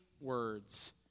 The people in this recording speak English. words